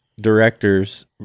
directors